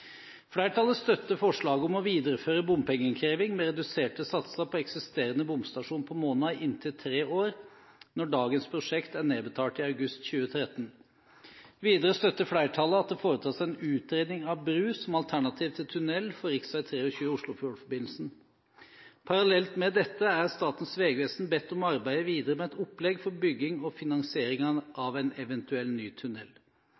Flertallet støtter forslaget om å videreføre bompengeinnkreving med reduserte satser på eksisterende bomstasjon på Måna i inntil tre år, når dagens prosjekt er nedbetalt i august 2013. Videre støtter flertallet at det foretas en utredning av bru som alternativ til tunnel for rv. 23 Oslofjordforbindelsen. Parallelt med dette er Statens vegvesen bedt om å arbeide videre med et opplegg for bygging og